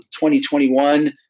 2021